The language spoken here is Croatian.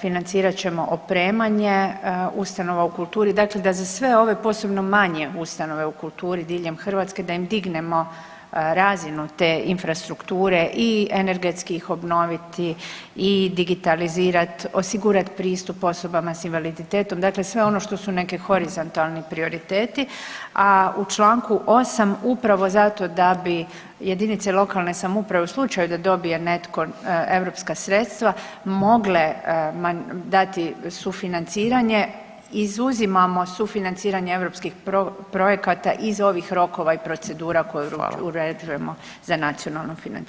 financirat ćemo opremanje ustanova u kulturi, dakle da za sve ove, posebno manje ustanove u kulturi diljem Hrvatske, da im dignemo razinu te infrastrukture i energetski ih obnoviti i digitalizirati, osigurati pristup osobama s invaliditetom, dakle sve ono što su neki horizontalni prioriteti, a u čl. 8 upravo zato da bi jedinice lokalne samouprave u slučaju da dobije netko europska sredstva mogle dati sufinanciranje, izuzimamo sufinanciranje europskih projekata iz ovih rokova i procedura koje uređujemo [[Upadica: Hvala.]] za nacionalno financiranje.